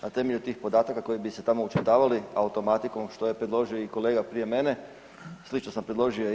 Na temelju tih podataka koji bi se tamo očitovali automatikom. što je predložio i kolega prije mene, slično sam predložio i ja.